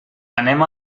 anem